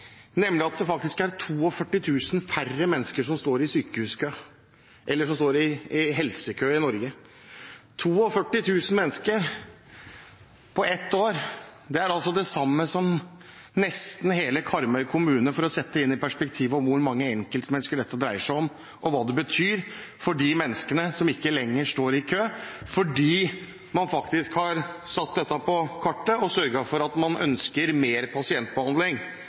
nemlig at det er 42 000 færre mennesker i Norge som står i helsekø – 42 000 mennesker på ett år. Det er det samme som nesten hele Karmøy kommune, for å sette i perspektiv hvor mange enkeltmennesker dette dreier seg om, og hva det betyr for de menneskene som ikke lenger står i kø, fordi man har satt dette på kartet og sørget for mer pasientbehandling.